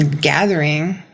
gathering